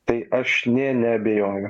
tai aš nė neabejoju